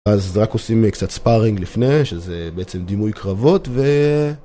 אז רק עושים קצת ספארינג לפני שזה בעצם דימוי קרבות ו...